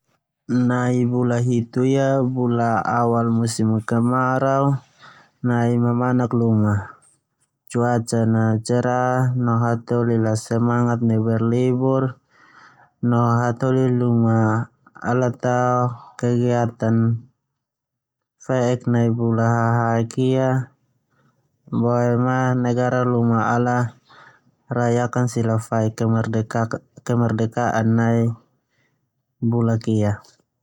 Nai bula hitu ia bula awal musim kemarau nai mamanak luma, cuaca a cerah no hataholi a semangat neu berlibur no hataholi luma ala tao kegiatan fe'ek bulaa hahek ia, boema negara luma ala rayakan sila fai kemerdeka nai bulak ia.